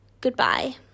Goodbye